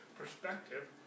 Perspective